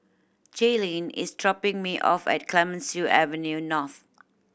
Jaylynn is dropping me off at Clemenceau Avenue North